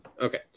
okay